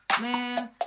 Man